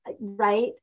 right